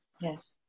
Yes